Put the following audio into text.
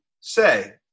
say